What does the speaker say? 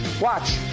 Watch